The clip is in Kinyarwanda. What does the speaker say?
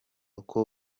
uko